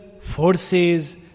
forces